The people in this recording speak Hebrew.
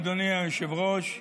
אדוני היושב-ראש,